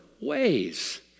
ways